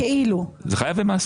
חייב במס.